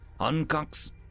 Uncocks